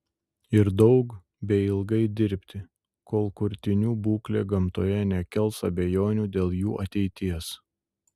ir daug bei ilgai dirbti kol kurtinių būklė gamtoje nekels abejonių dėl jų ateities